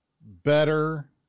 better